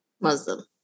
Muslim